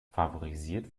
favorisiert